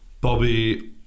Bobby